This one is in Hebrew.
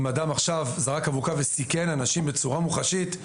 אם אדם זרק אבוקה וסיכן אנשים בצורה מוחשית,